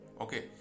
okay